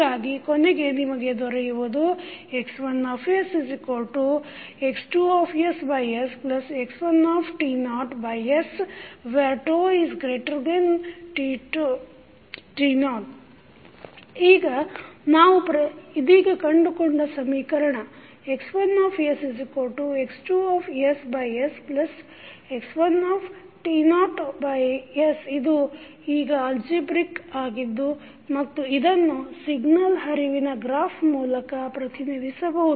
ಹೀಗಾಗಿ ಕೊನೆಗೆ ನಿಮಗೆ ದೊರೆಯುವುದು X1sX2sx1st0 ಈಗ ನಾವು ಇದೀಗ ಕಂಡುಕೊಂಡ ಸಮೀಕರಣ X1sX2sx1s ಇದು ಈಗ ಅಲ್ಜಿಬ್ರಿಕ್ ಆಗಿದ್ದು ಮತ್ತು ಇದನ್ನು ಸಿಗ್ನಲ್ ಹರಿವಿನ ಗ್ರಾಫ್ ಮೂಲಕ ಪ್ರತಿನಿಧಿಸಬಹುದು